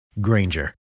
Granger